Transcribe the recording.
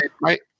right